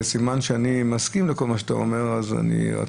שזה סימן שאני מסכים לכל מה שאתה אומר רציתי